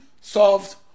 solved